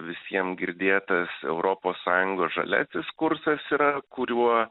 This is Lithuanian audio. visiem girdėtas europos sąjungos žaliasis kursas yra kuriuo